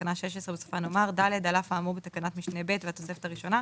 בתקנה 16 בסופה נאמר: "(ד) על אף האמור בתקנת משנה (ב) והתוספת הראשונה,